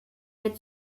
der